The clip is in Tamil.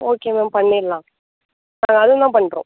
ஓகே மேம் பண்ணிடலாம் இப்போ அதுவுந்தான் பண்ணுறோம்